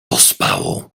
ospałą